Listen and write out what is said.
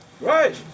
Right